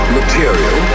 material